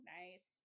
nice